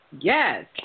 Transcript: Yes